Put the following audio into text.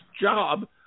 job